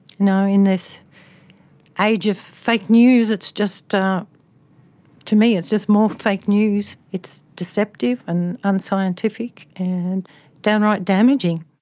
know, in this age of fake news, it's just, ah to me it's just more fake news. it's deceptive and unscientific and downright damaging.